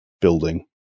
building